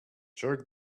jerk